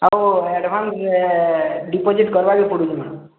ଆଉ advance deposit କରିବାକେ ପଡ଼ିବ ମ୍ୟାଡ଼ାମ